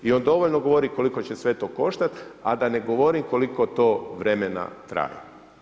I on dovoljno govori koliko će sve to koštati, a da ne govorim, koliko to vremena traje.